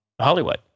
Hollywood